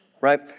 right